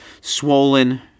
Swollen